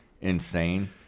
insane